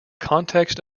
context